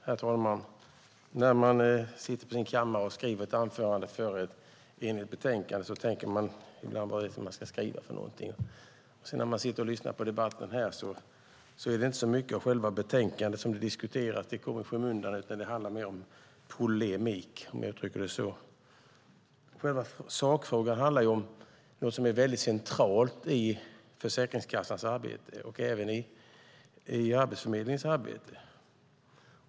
Herr talman! När man sitter på sin kammare och skriver ett anförande inför en debatt om ett enigt betänkande undrar man ibland vad man ska skriva. När man sedan sitter och lyssnar på debatten här märker man att det inte är så mycket av själva betänkandet som diskuteras. Det kommer i skymundan. Det handlar mer om polemik. Själva sakfrågan handlar om något som är centralt i Försäkringskassans arbete och även i Arbetsförmedlingens arbete.